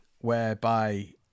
whereby